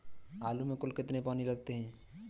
आलू में कुल कितने पानी लगते हैं?